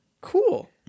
Cool